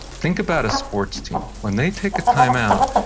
think about a sports team. when they take a time-out,